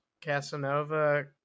Casanova